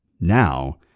Now